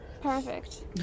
Perfect